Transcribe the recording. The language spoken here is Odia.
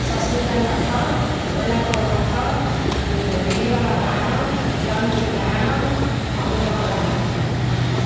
ସସ୍ମିତା ନାଥ ଗୋଲାପ ନାଥ ଲିଲିବାଳା ଗାହାଣ ଜୟନ୍ତୀ ଗାହାଣ ଅନୁପମା ଗାହାଣ